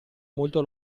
molto